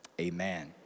Amen